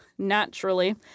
naturally